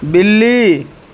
بلی